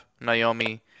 Naomi